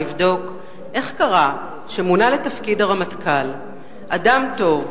לבדוק איך קרה שמונה לתפקיד הרמטכ"ל אדם טוב,